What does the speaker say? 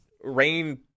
rain